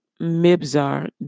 Mibzar